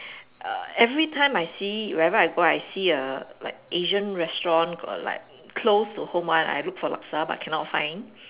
err everytime I see whenever I go I see a like Asian restaurant or like close to home one I look for laksa but cannot find